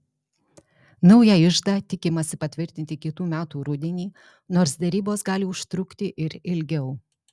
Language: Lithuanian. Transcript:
naują iždą tikimasi patvirtinti kitų metų rudenį nors derybos gali užtrukti ir ilgiau